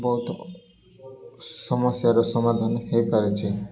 ବହୁତ ସମସ୍ୟାର ସମାଧାନ ହେଇପାରିଛି